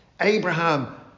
Abraham